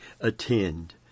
attend